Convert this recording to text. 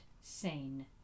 sane